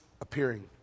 appearing